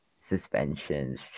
Suspensions